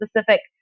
specific